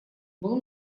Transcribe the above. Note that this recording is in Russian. был